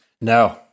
No